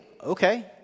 okay